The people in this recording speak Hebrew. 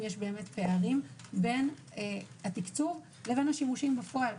יש פערים בין התקצוב לשימושים בפועל.